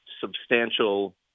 substantial